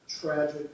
tragic